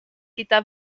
gyda